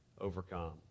overcome